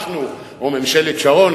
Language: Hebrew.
אנחנו או ממשלת שרון,